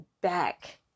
back